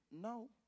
no